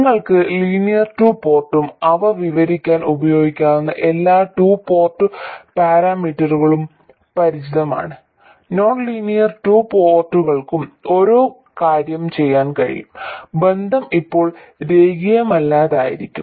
നിങ്ങൾക്ക് linear two പോർട്ടും അവ വിവരിക്കാൻ ഉപയോഗിക്കാവുന്ന എല്ലാ ടു പോർട്ട് പാരാമീറ്ററുകളും പരിചിതമാണ് നോൺ ലീനിയർ ടു പോർട്ടുകൾക്കും ഒരേ കാര്യം ചെയ്യാൻ കഴിയും ബന്ധം ഇപ്പോൾ രേഖീയമല്ലാത്തതായിരിക്കും